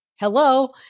hello